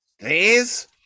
Please